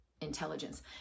intelligence